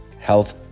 Health